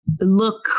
look